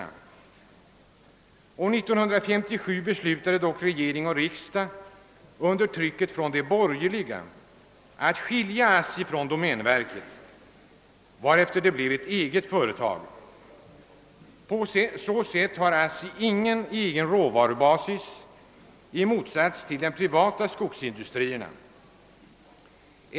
År 1957 beslöt dock regering och riksdag under trycket från de borgerliga att skilja ASSI från domänverket, och då blev det ett eget företag. Därigenom fick ASSI i motsats till de privata skogsindustrierna ingen egen råvarubas.